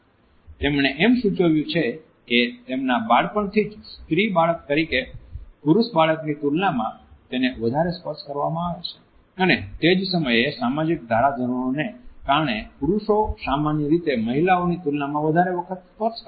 તેમણે એમ પણ સૂચવ્યું છે કે તેમના બાળપણથી જ સ્ત્રી બાળક તરીકે પુરુષ બાળકની તુલનામાં તેને વધારે સ્પર્શ કરવામાં આવી છે અને તે જ સમયે સામાજિક ધારાધોરણોને કારણે પુરુષો સામાન્ય રીતે મહિલાઓની તુલનામાં વધારે વખત સ્પર્શ કરે છે